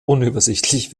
unübersichtlich